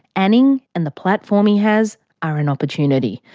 anning and the platform he has are an opportunity.